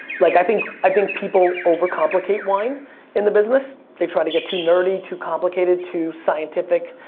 like, i think i think people over-complicate wine in the business, they try to get too nerdy, too complicated, too scientific,